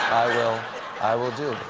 will i will do it.